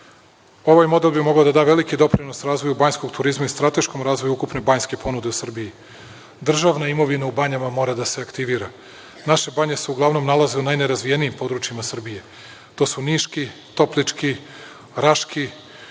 model bio mogao da da veliki doprinos razvoju banjskog turizma i strateškom razvoju ukupne banjske ponude u Srbiji. Državna imovina u banjama mora da se aktivira. Naše banje se uglavnom nalaze u najnerazvijenijim područjima Srbije. To su Niški, Toplički, Raški,